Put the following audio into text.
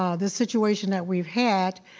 um the situation that we've had,